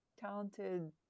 talented